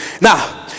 Now